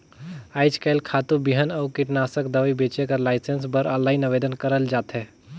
आएज काएल खातू, बीहन अउ कीटनासक दवई बेंचे कर लाइसेंस बर आनलाईन आवेदन करल जाथे